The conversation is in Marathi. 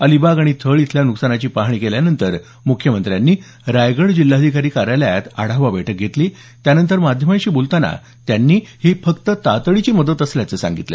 अलिबाग आणि थळ इथल्या नुकसानाची पाहणी केल्यानंतर मुख्यमंत्र्यांनी रायगड जिल्हाधिकारी कार्यालयात आढावा बैठक घेतली त्यानंतर माध्यमांशी बोलताना त्यांनी ही फक्त तातडीची मदत असल्याचं सांगितलं